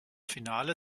finale